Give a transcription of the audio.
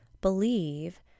believe